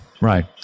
Right